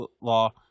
law